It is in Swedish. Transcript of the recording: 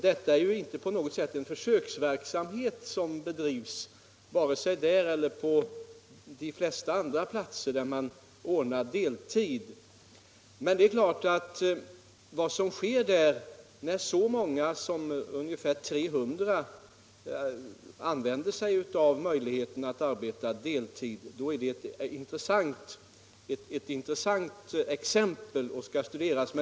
Det är ju heller inte vare sig vid det företaget eller på de flesta andra platser där man ordnar deltid på något sätt fråga om försöksverksamhet. Men ett exempel där så många som ungefär 300 anställda använder möjligheten att arbeta på deltid är självfallet intressant och skall studeras.